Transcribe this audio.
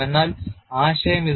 എന്നാൽ ആശയം ഇതാണ്